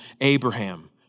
Abraham